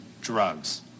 drugs